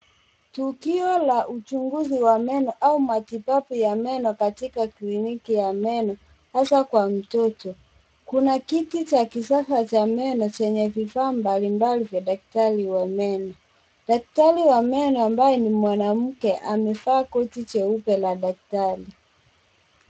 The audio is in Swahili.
Tukio la uchunguzi wa meno au matibabu ya meno katika kliniki ya meno hasaa kwa mtoto. Kuna kiti cha kisasa cha meno chenye vifaa mbalimbali vya daktari wa meno. Daktari wa meno ambaye ni mwanamke amevaa koti jeupe la daktari.